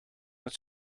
het